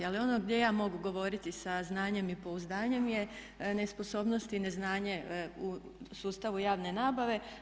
Ali ono gdje ja mogu govoriti sa znanjem i pouzdanjem je nesposobnost i neznanje u sustavu javne nabave.